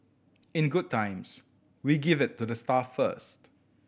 in good times we give it to the staff first